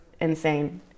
insane